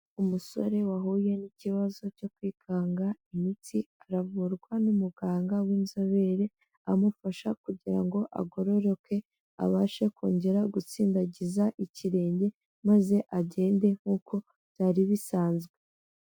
Umusore wahuye n'ikibazo cyo kwikanga imitsi aravurwa n'umuganga w'inzobere, amufasha kugira ngo agororoke abashe kongera gutsindagiza ikirenge, maze agende nk'uko byari bisanzwe.